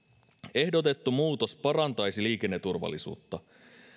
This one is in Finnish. ehdotettu muutos parantaisi liikenneturvallisuutta